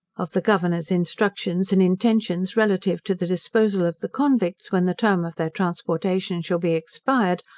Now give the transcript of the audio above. of the governor's instructions and intentions relative to the disposal of the convicts, when the term of their transportation shall be expired,